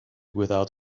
without